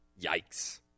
Yikes